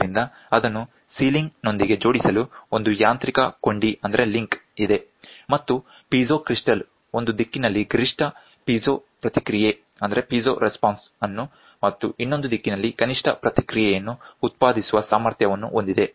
ಆದ್ದರಿಂದ ಅದನ್ನು ಸೀಲಿಂಗ್ ನೊಂದಿಗೆ ಜೋಡಿಸಲು ಒಂದು ಯಾಂತ್ರಿಕ ಕೊಂಡಿ ಇದೆ ಮತ್ತು ಪೀಜೋ ಕ್ರಿಸ್ಟಲ್ ಒಂದು ದಿಕ್ಕಿನಲ್ಲಿ ಗರಿಷ್ಠ ಪಿಜೋ ಪ್ರತಿಕ್ರಿಯೆ ಯನ್ನು ಮತ್ತು ಇನ್ನೊಂದು ದಿಕ್ಕಿನಲ್ಲಿ ಕನಿಷ್ಠ ಪ್ರತಿಕ್ರಿಯೆಯನ್ನು ಉತ್ಪಾದಿಸುವ ಸಾಮರ್ಥ್ಯವನ್ನು ಹೊಂದಿದೆ